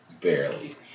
Barely